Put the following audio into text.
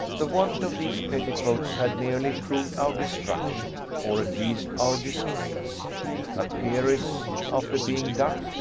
the want of these petticoats had nearly proved our destruction, or at least our disgrace a peeress after being ducked,